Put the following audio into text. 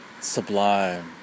Sublime